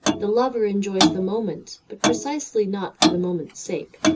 the lover enjoys the moment, but precisely not for the moment's sake.